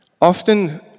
often